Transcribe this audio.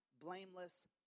blameless